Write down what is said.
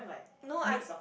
no I